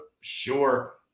sure